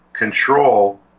control